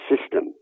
system